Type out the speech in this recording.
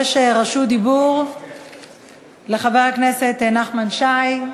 יש רשות דיבור לחבר הכנסת נחמן שי,